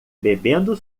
bebendo